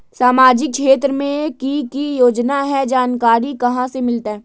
सामाजिक क्षेत्र मे कि की योजना है जानकारी कहाँ से मिलतै?